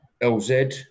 LZ